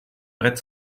brett